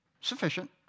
Sufficient